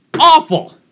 awful